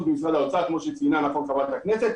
ממשרד האוצר כמו שציינה נכון חברת הכנסת.